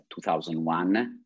2001